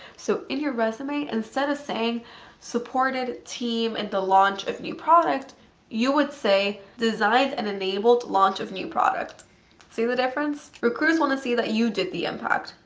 so in your resume instead of saying supported team in and the launch of new product you would say designed and enabled launch of new product see the difference? recruiters want to see that you did the impact,